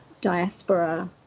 diaspora